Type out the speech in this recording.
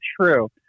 true